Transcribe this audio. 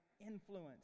influence